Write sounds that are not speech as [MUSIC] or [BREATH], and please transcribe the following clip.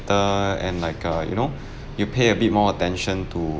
and like uh you know [BREATH] you pay a bit more attention to